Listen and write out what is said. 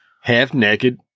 half-naked